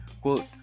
quote